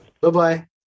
Bye-bye